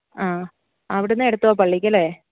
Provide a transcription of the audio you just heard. ആ അവിടുന്ന് എടത്തുവാ പള്ളിക്ക് അല്ലേ